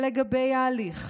ולגבי ההליך,